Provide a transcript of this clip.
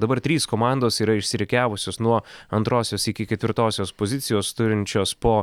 dabar trys komandos yra išsirikiavusios nuo antrosios iki ketvirtosios pozicijos turinčios po